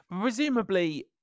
Presumably